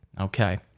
Okay